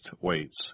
weights